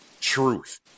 truth